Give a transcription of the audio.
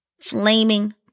flaming